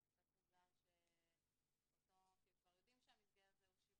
זה קצת מוזר כי כבר יודעים לגבי המבנה הזה.